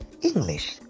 English